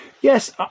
Yes